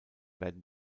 werden